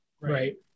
Right